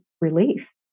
relief